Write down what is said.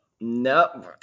No